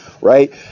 right